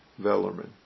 Vellerman